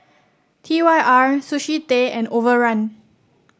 T Y R Sushi Tei and Overrun